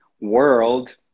world